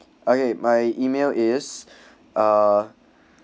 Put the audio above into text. okay my email is uh